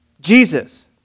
Jesus